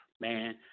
man